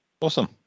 Awesome